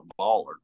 baller